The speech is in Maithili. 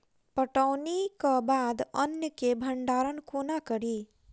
कटौनीक बाद अन्न केँ भंडारण कोना करी?